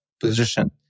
position